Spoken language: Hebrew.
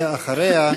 ואחריה,